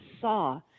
saw